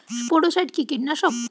স্পোডোসাইট কি কীটনাশক?